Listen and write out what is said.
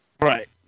Right